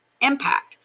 impact